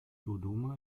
dodoma